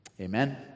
Amen